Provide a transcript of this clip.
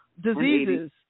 diseases